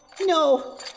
No